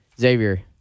Xavier